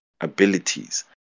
abilities